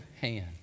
hand